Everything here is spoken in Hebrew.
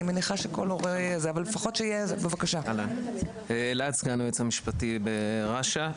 אני סגן היועץ המשפטי ברש"א.